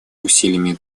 усилиями